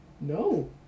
No